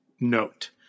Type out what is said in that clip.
note